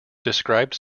described